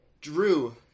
Drew